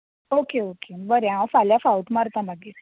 okay okay बरें हांव फाल्यां फावट मारतां मागीर